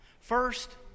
first